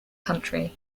country